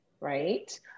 right